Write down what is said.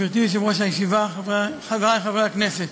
גברתי יושבת-ראש הישיבה, חברי חברי הכנסת,